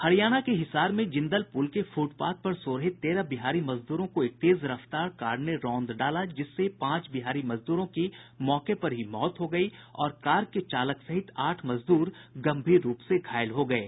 हरियाणा के हिसार में जिंदल पुल के फुटपाथ पर सो रहे तेरह बिहारी मजदूरों को एक तेज रफ्तार कार ने रोंद डाला जिससे पांच मजदूरों की मौके पर ही मौत हो गई और कार के चालक सहित आठ मजदूर गंभीर रूप से घायल हो गये